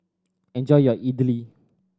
enjoy your idly